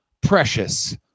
Precious